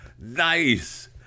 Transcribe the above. Nice